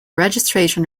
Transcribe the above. registration